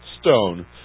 stone